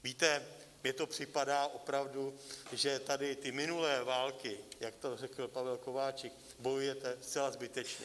Víte, mně to připadá opravdu, že tady ty minulé války, jak to řekl Pavel Kováčik, bojujete zcela zbytečně.